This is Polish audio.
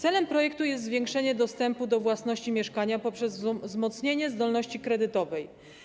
Celem projektu jest zwiększenie dostępu do uzyskania własności mieszkania poprzez wzmocnienie zdolności kredytowej.